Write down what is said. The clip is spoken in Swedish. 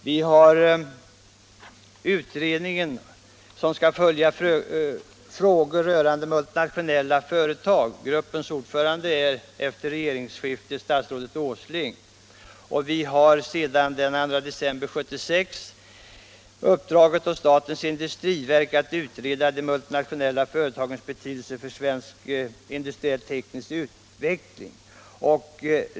Vi har vidare den grupp som skall följa frågor rörande multinationella företag. Den gruppens ordförande är efter regeringsskiftet statsrådet Åsling. Sedan den 2 december 1976 har statens industriverk i uppdrag att utreda de multinationella företagens betydelse för svensk industriellteknisk utveckling.